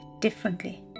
differently